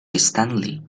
stanley